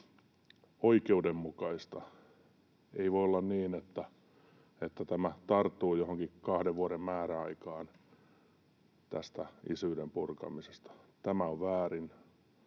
oikeudenmukaista. Ei voi olla niin, että tämä tarttuu johonkin kahden vuoden määräaikaan isyyden purkamisesta. Tämä on väärin.